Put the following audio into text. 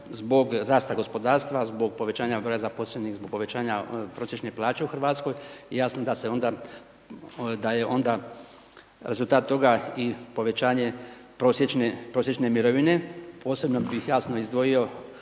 zbog rasta gospodarstva, zbog povećanja broja zaposlenih, zbog povećanja prosječne plaće u RH, jasno da je onda rezultat toga i povećanje prosječne mirovine. Posebno bih jasno izdvojio